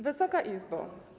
Wysoka Izbo!